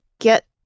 get